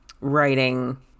writing